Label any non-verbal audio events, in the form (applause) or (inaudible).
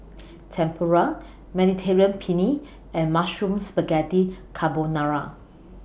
(noise) Tempura Mediterranean Penne and Mushroom Spaghetti Carbonara